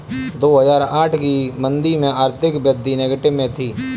दो हजार आठ की मंदी में आर्थिक वृद्धि नेगेटिव में थी